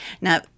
now